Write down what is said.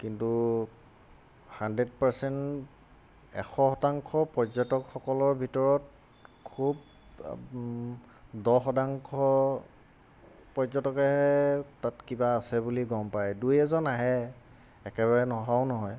কিন্তু hundred percent এশ শতাংশ পৰ্যটকসকলৰ ভিতৰত খুব দহ শতাংশ পৰ্যটকেহে তাত কিবা আছে বুলি গম পায় দুই এজন আহে একেবাৰে নহাও নহয়